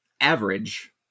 average